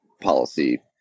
policy